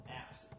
apps